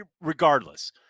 regardless